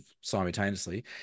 simultaneously